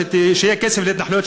שיהיה כסף להתנחלויות,